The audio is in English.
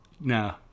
No